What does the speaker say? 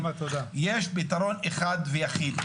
יש פתרון אחד ויחיד,